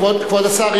כבוד השר,